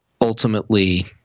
ultimately